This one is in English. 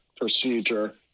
procedure